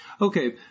Okay